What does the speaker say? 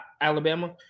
Alabama